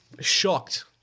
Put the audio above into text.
shocked